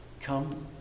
Come